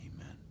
Amen